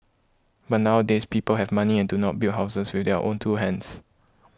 but nowadays people have money and do not build houses with their own two hands